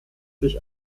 sich